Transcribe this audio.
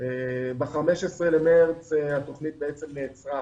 ב-15 במרץ התוכנית נעצרה,